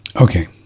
Okay